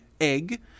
egg